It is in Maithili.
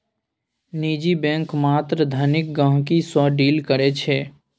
निजी बैंक मात्र धनिक गहिंकी सँ डील करै छै